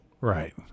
Right